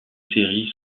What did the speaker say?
série